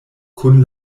kun